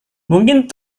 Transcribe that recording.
mungkin